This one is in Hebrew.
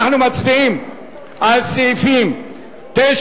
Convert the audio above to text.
אנחנו מצביעים על סעיפים 9,